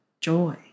Joy